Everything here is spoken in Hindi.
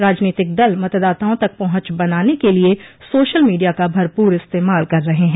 राजनीतिक दल मतदाताओं तक पहुंच बनाने के लिए सोशल मीडिया का भरपूर इस्तेमाल कर रहे हैं